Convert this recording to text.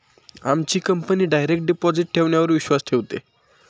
आमची company direct deposit ठेवण्यावर विश्वास ठेवते